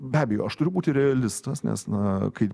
be abejo aš turiu būti realistas nes na kai